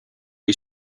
est